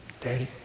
Daddy